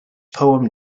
poem